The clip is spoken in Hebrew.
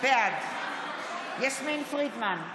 בעד יסמין פרידמן,